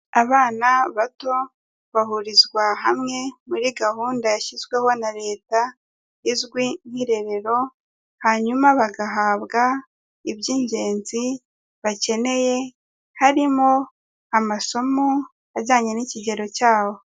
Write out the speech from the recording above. Abana bato bahurizwa hamwe muri gahunda yashyizweho na leta, izwi nk'irerero, hanyuma bagahabwa iby'ingenzi bakeneye harimo amasomo ajyanye n'ikigero cyabo.